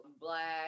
black